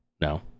No